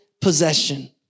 possession